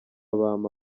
bampa